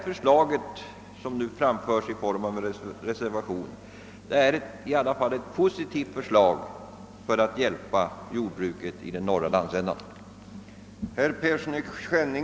Det förslag som nu framförts i form av en reservation är i alla fall ett positivt förslag att hjälpa jordbruket i den norra landsändan.